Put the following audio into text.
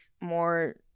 more